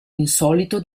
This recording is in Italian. insolito